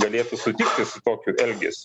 galėtų sutikti su tokiu elgesiu